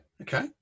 Okay